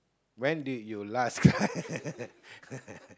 when did you last